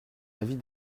avis